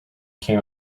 came